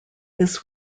this